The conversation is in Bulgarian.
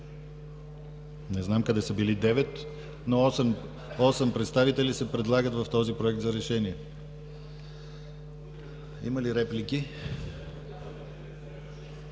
Не знам къде са били 9, но 8 представители се предлагат в този Проект за решение. Има ли реплики?